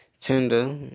Tinder